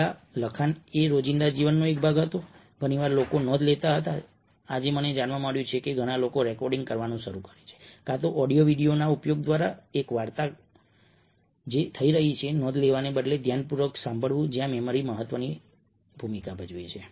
પહેલા લખાણ એ રોજિંદા જીવનનો એક ભાગ હતો ઘણી વાર લોકો નોંધ લેતા હતા આજે મને જાણવા મળ્યું છે કે ઘણા લોકો રેકોર્ડિંગ કરવાનું શરૂ કરે છે કાં તો ઓડિયો વિડિયોના ઉપયોગ દ્વારા એક વાર્તા જે થઈ રહી છે નોંધ લેવાને બદલે ધ્યાનપૂર્વક સાંભળવું જ્યાં મેમરી મહત્વની ભૂમિકા ભજવે છે